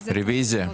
רוויזיה.